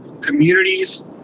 communities